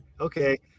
okay